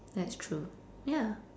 that's true ya